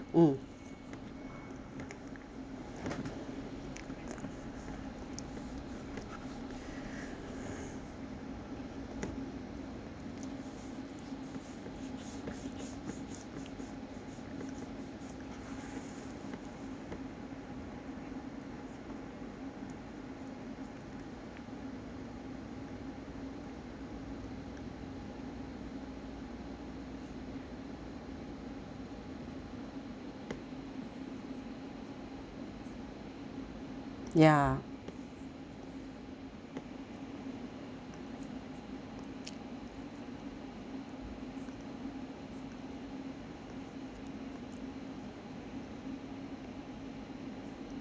ya